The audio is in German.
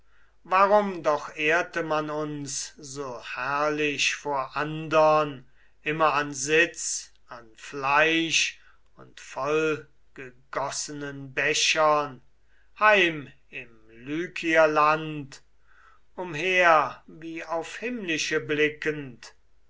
warum doch ehrte man uns so herrlich vor andern immer an sitz an fleisch und vollgegossenen bechern heim im lykierland umher wie auf himmlische blickend